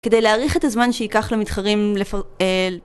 כדי להעריך את הזמן שהיא ייקח למתחרים לפרס...